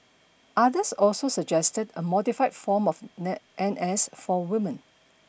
others also suggested a modified form of N S for women